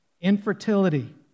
infertility